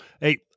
hey